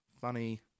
funny